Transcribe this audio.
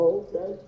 okay